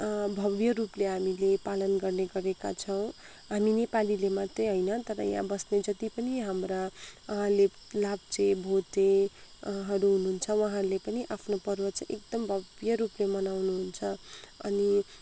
भव्यरूपले हामीले पालन गर्ने गरेका छौँ हामी नेपालीले मात्रै होइन तर यहाँ बस्ने जति पनि हाम्रा लेप् लाप्चे भोटे हरू हुनुहुन्छ वहाँहरूले पनि आफ्नो पर्व चाहिँ एकदम भव्य रूपले मनाउनुहुन्छ अनि